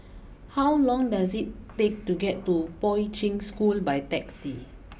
how long does it take to get to Poi Ching School by taxi